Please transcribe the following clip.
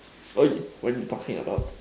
what you talking about